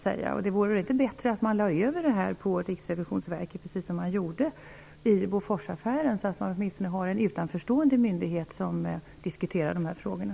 Vore det inte bättre om man lade över frågan på Riksrevisionsverket, precis som man gjorde i Boforsaffären? Då blir det en utanförstående myndighet som diskuterar frågorna.